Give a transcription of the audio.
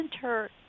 Center